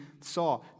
saw